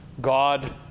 God